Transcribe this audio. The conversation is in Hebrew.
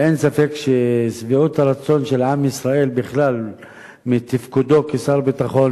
אין ספק ששביעות הרצון של עם ישראל בכלל מתפקודו כשר ביטחון